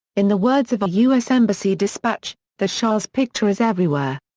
in the words of a us embassy dispatch, the shah's picture is everywhere.